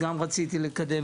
עשיתי את זה.